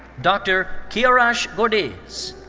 dr. kirash gordiz.